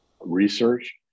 research